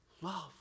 love